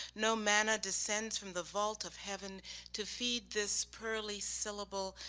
no mana descends from the vault of heaven to feed this pearly syllable,